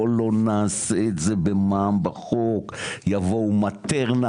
בו לא נעשה את זה במע"מ בחוק יבואו מטרנה,